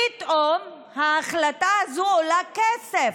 פתאום ההחלטה הזאת עולה כסף.